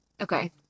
Okay